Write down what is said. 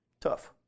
tough